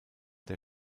der